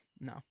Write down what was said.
no